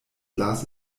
glas